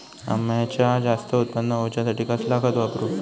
अम्याचा जास्त उत्पन्न होवचासाठी कसला खत वापरू?